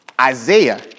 Isaiah